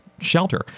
shelter